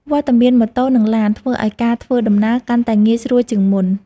វត្តមានម៉ូតូ និងឡាន ធ្វើឱ្យការធ្វើដំណើរកាន់តែងាយស្រួលជាងមុន។